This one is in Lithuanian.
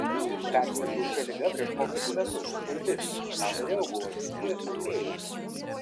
persirgau šia liga prieš kokius metus kai viskas ką dariau buvo susiję su fėjomis